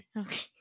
Okay